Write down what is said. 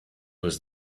was